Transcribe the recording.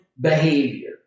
behavior